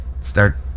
start